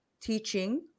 teaching